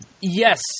yes